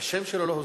השם שלו לא הוזכר.